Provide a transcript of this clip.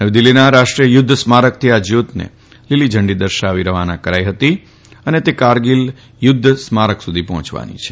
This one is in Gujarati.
નવી દિલ્હીના રાષ્ટ્રીય યુદ્ધ સ્મારકથી આ જ્યોતને લીલીઝંડી દર્શાવી રવાના કરી હતી અને તે કારગીલ યુદ્ધ સ્મારક સુધી પહોંચવાની છે